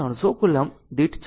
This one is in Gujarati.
તેથી તે કૂલોમ્બ દીઠ 26